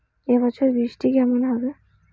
এবছর বৃষ্টি কেমন হবে?